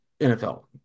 NFL